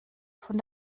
von